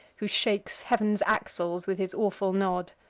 who shakes heav'n's axles with his awful nod.